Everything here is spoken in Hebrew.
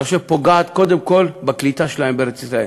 אני חושב, פוגעת קודם כול בקליטה שלהם בארץ-ישראל.